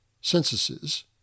censuses